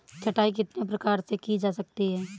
छँटाई कितने प्रकार से की जा सकती है?